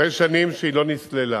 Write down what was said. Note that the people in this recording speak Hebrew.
אחרי שנים שהיא לא נסללה,